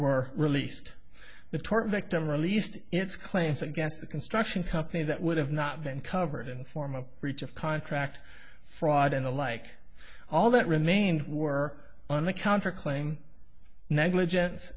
were released the torture victim released its claims against the construction company that would have not been covered in form a breach of contract fraud and the like all that remained were on the counter claim negligence